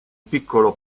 piccolo